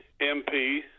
MP